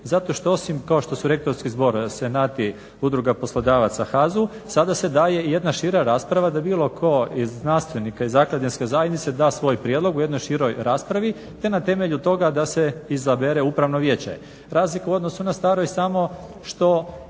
zato što osim, kao što su rekli Rektorski zbor, Senati, Udruga poslodavaca HAZU sada se daje i jedna šira rasprava da bilo tko od znanstvenika iz akademske zajednice da svoj prijedlog u jednoj široj raspravi te na temelju toga da se izabere upravno vijeće. Razlika u odnosu na staro je samo što